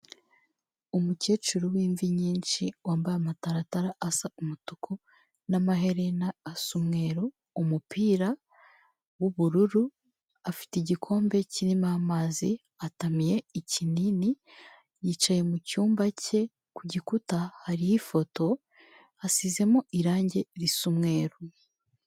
Umukecuru w'imvi nyinshi wambaye amataratara asa umutuku n'amaherena asa umweru, umupira w'ubururu, afite igikombe kirimo amazi, atamiye ikinini yicaye mu cyumba cye ku gikuta hariho ifoto hasizemo irangi risa umweru.